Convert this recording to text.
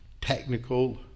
technical